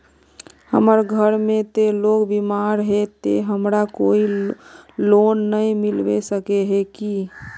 हमर घर में ते लोग बीमार है ते हमरा कोई लोन नय मिलबे सके है की?